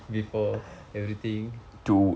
before everything